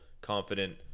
confident